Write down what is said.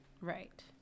Right